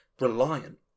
reliant